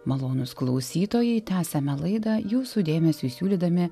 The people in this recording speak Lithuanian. malonūs klausytojai tęsiame laidą jūsų dėmesiui siūlydami